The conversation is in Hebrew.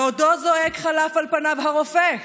בעודו זועק, חלף על פניו הרופא.